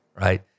right